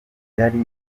yari